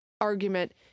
argument